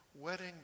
wedding